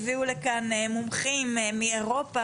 הביאו לכאן מומחים מאירופה,